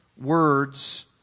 words